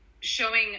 showing